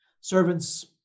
Servants